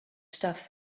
stuff